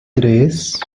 tres